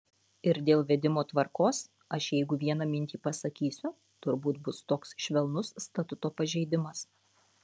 ir dėl vedimo tvarkos aš jeigu vieną mintį pasakysiu turbūt bus toks švelnus statuto pažeidimas